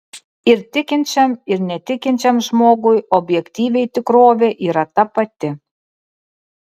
ir tikinčiam ir netikinčiam žmogui objektyviai tikrovė yra ta pati